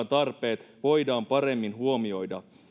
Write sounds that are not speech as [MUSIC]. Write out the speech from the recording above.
[UNINTELLIGIBLE] tarpeet voidaan paremmin huomioida